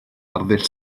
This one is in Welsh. arddull